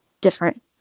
different